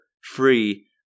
free